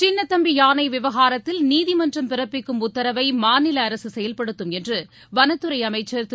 சின்னத்தம்பி யானை விவகாரத்தில் நீதிமன்றம் பிறப்பிக்கும் உத்தரவை மாநில அரசு செயல்படுத்தும் என்று வனத்துறை அமைச்சர் திரு